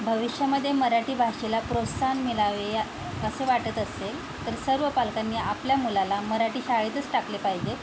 भविष्यामध्ये मराठी भाषेला प्रोत्साहन मिळावे या असे वाटत असेल तर सर्व पालकांनी आपल्या मुलाला मराठी शाळेतच टाकले पाहिजे